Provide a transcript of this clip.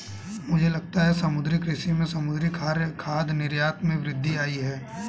मुझे लगता है समुद्री कृषि से समुद्री खाद्य निर्यात में वृद्धि आयी है